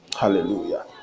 Hallelujah